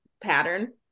pattern